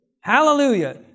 Hallelujah